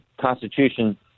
Constitution